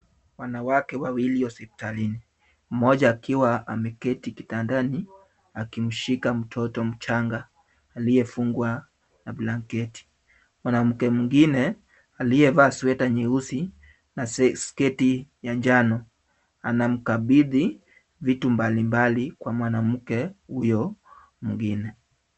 Wanawake wawili hospitalini, mmoja akiwa ameketi kitandani, akimshika mtoto mchanga aliyefungwa na blanketi. Mwanamke mwingine aliyevaa sweta nyeusi na sketi ya njano, anamkabidhi vitu mbali mbali kwa mwanamke huyo mwingine.